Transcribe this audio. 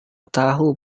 tahu